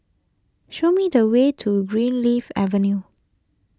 show me the way to Greenleaf Avenue